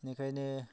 बेनिखायनो